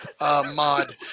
mod